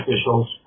officials